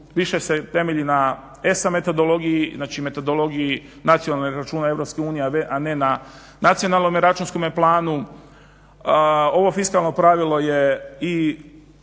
više se temelji na esametodologiji, znači metodologiji nacionalnih računa Europske unije a ne na nacionalnome računskom planu. Ovo fiskalno pravilo je i